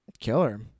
Killer